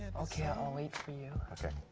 okay, i will wait for you. okay.